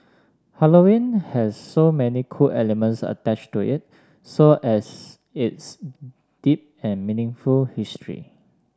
Halloween has so many cool elements attached to it so as its deep and meaningful history